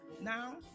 now